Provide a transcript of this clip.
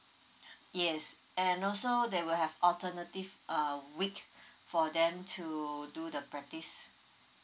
yes and also they will have alternative uh week for them to do the practice